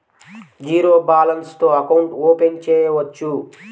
Zero balance తో account open చేయవచ్చు?